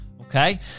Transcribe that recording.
Okay